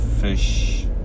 fish